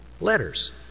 Letters